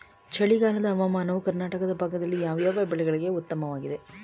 ಚಳಿಗಾಲದ ಹವಾಮಾನವು ಕರ್ನಾಟಕದ ಭಾಗದಲ್ಲಿ ಯಾವ್ಯಾವ ಬೆಳೆಗಳಿಗೆ ಉತ್ತಮವಾಗಿದೆ?